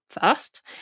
first